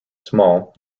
small